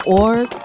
org